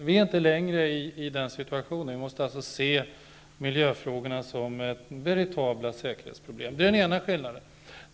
Vi är inte längre i den situationen, utan vi måste se miljöfrågorna som veritabla säkerhetsproblem. Det är den ena skillnaden.